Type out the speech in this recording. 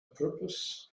purpose